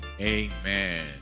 Amen